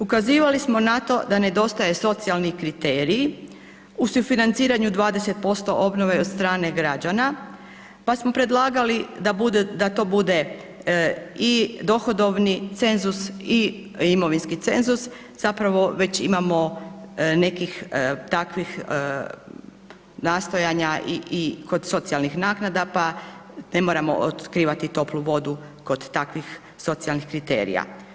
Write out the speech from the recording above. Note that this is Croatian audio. Ukazivali smo na to da nedostaje socijalni kriterij u sufinanciranju 20% obnove od strane građana, pa smo predlagali da to bude i dohodovni cenzus i imovinski cenzus, zapravo imamo već nekih takvih nastojanja i kod socijalnih naknada pa ne moramo otkrivati toplu vodu kod takvih socijalnih kriterija.